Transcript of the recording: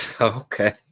Okay